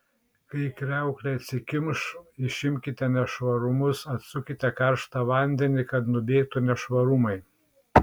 kai kriauklė atsikimš išimkite nešvarumus atsukite karštą vandenį kad nubėgtų nešvarumai